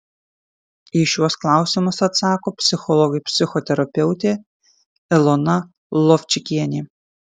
į šiuos klausimus atsako psichologė psichoterapeutė elona lovčikienė